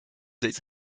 his